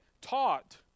taught